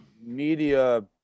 media